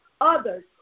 others